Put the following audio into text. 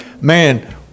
Man